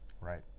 Right